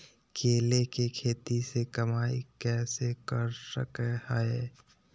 केले के खेती से कमाई कैसे कर सकय हयय?